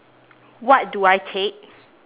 what do I take